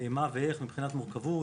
מה ואיך מבחינת מורכבות,